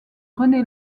rené